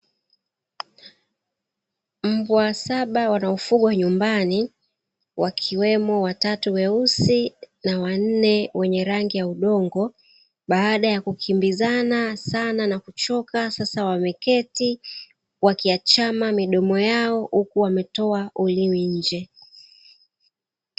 Mbwa saba wanaofugwa nyumbani wakimemo watatu weusi, na wanne wenye rangi ya udongo. Baada ya kukimbizana sana na kuchoka sasa wameketi na kuachama midomo yao huku wametoa ulimi nje.